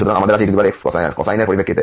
সুতরাং আমাদের আছে ex কোসাইনের পরিপ্রেক্ষিতে